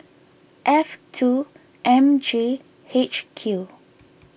F two M J H Q